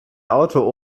auto